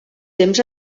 temps